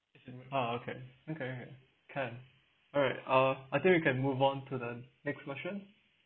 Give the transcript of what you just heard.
uh okay okay okay can alright uh I think we can move on to the next question